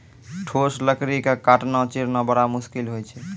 ठोस लकड़ी क काटना, चीरना बड़ा मुसकिल होय छै